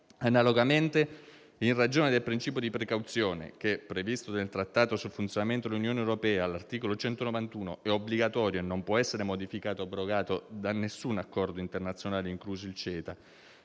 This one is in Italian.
Analogamente, in ragione del principio di precauzione - che, previsto nel Trattato sul funzionamento dell'Unione europea (TFUE), all'articolo 191, è obbligatorio e non può essere modificato o abrogato da alcun accordo internazionale, incluso il CETA